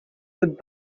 good